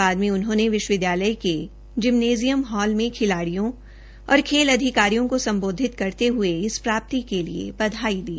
बाद में उन्होंने विश्वविद्यालय के जिमनेजियम हॉल में खिलाड़ियों और खेल अधिकारियों को संबोधित करते हुए इस प्राप्त के लिए बधाई दी